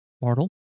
Mortal